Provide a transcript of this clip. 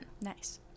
nice